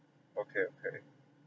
okay okay